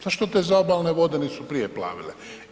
Zašto te zaobalne vode nisu prije plavile?